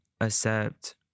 accept